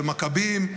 במכבים.